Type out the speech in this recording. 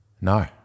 No